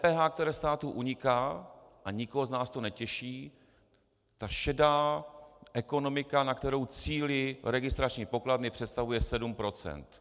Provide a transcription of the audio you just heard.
Z DPH, které státu uniká, a nikoho z nás to netěší, ta šedá ekonomika, na kterou cílí registrační pokladny, představuje 7 %.